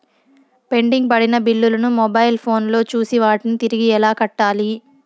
pending పడిన బిల్లులు ను మొబైల్ ఫోను లో చూసి వాటిని తిరిగి ఎలా కట్టాలి